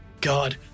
God